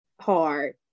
hard